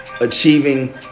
achieving